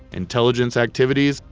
intelligence activities,